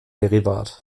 derivat